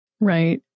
Right